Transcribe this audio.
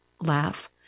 laugh